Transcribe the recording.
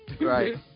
Right